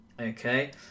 okay